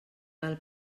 val